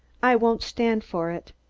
i won't stand for it.